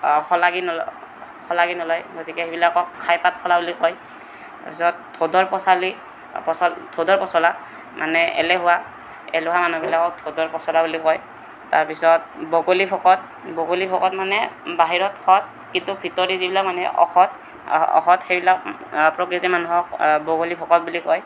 শলাগি নলয় শলাগি নলয় গতিকে সেইবিলাকক খাই পাত ফলা বুলি কয় তাৰ পিছত ধোদৰ পচালি পচ ধোদৰ পচলা মানে এলেহুৱা এলেহুৱা মানুহ বিলাকক ধোদৰ পচলা বুলি কয় তাৰ পিছত বগলী ভকত বগলী ভকত মানে বাহিৰত সৎ কিন্তু ভিতৰি যিবিলাক মানুহ অসৎ অসৎ সেই বিলাক প্ৰকৃতিৰ মানুহক বগলী ভকত বুলি কয়